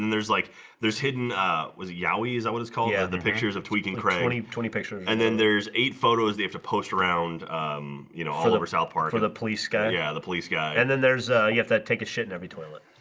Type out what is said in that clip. and there's like there's hidden was yowies i was calling yeah the pictures of tweek and craig twenty twenty picture, and then there's eight photos. they have to post around you know all over south park for the police guy yeah, the police guy and then there's ah you have that take a shit in every toilet,